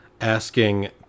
asking